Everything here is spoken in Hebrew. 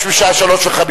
נא להצביע הצבעה שמית.